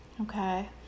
Okay